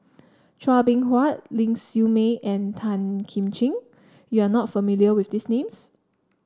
Chua Beng Huat Ling Siew May and Tan Kim Ching you are not familiar with these names